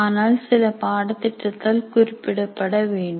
ஆனால் சில பாடத்திட்டத்தால் குறிப்பிடப்பட வேண்டும்